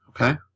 Okay